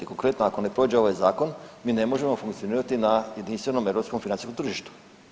Konkretno, ako ne prođe ovaj zakon mi ne možemo funkcionirati na jedinstvenom europskom financijskom tržištu.